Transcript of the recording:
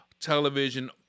television